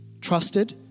trusted